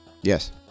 yes